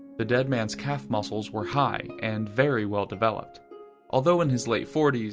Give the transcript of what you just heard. the dead man's calf muscles were high and very well developed although in his late forty s,